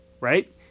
right